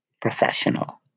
professional